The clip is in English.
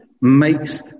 makes